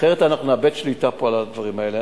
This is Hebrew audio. אחרת אנחנו נאבד שליטה פה, על הדברים האלה.